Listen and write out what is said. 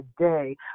today